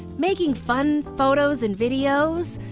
making fun photos and videos,